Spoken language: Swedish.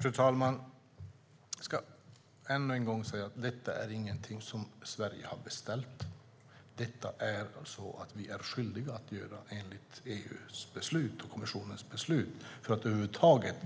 Fru talman! Jag ska än en gång säga: Detta är inget som Sverige har beställt. Detta är något som vi är skyldiga att göra enligt kommissionens beslut för att över huvud taget